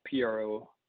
PRO